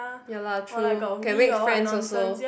ya lah true can make friends also